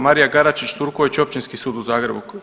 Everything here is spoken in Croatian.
Marija Karačić Turković, Općinski sud u Zagrebu.